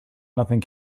nothing